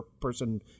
person